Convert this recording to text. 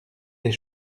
des